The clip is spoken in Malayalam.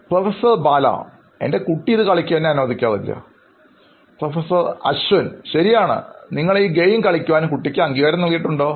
പ്രൊഫസർ ബാലഎൻറെ കുട്ടി ഇത്കളിക്കുവാൻ എന്നെ അനുവദിക്കാറില്ല പ്രൊഫസർ അശ്വിൻശരിയാണ് നിങ്ങള് ഈ ഗെയിം കളിക്കാൻ കുട്ടിക്ക് അംഗീകാരം നൽകിയിട്ടുണ്ടോ